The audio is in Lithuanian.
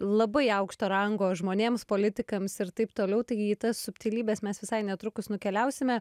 labai aukšto rango žmonėms politikams ir taip toliau tai į tas subtilybes mes visai netrukus nukeliausime